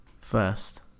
first